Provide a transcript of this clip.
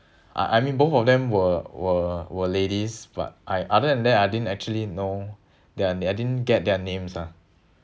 uh I mean both of them were were were ladies but I other than that I didn't actually know them I didn't get their names ah